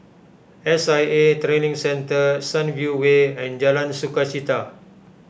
S I A Training Centre Sunview Way and Jalan Sukachita